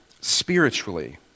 spiritually